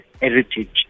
heritage